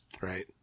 Right